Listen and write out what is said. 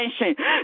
attention